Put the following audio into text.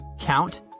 count